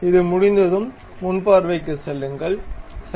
இது முடிந்ததும் முன் பார்வைக்குச் செல்லுங்கள் சரி